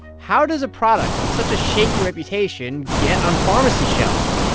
how does a product with such a shaky reputation get on pharmacy shelves?